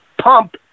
pump